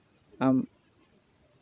ᱟᱢ